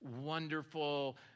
wonderful